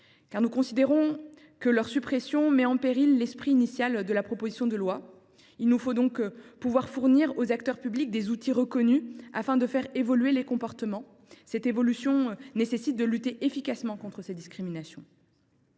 car il considère que leur suppression met en péril l’esprit initial de la proposition de loi. Il nous faut pouvoir fournir aux acteurs publics des outils reconnus, afin de faire évoluer les comportements et de lutter efficacement contre les discriminations.